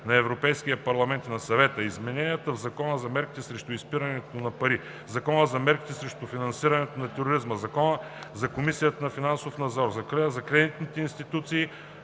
на Европейския парламент и на Съвета измененията в Закона за мерките срещу изпирането на пари, Закона за мерките срещу финансирането на тероризма, Закона за Комисията за финансов надзор, Закона за кредитните институции,